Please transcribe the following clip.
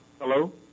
Hello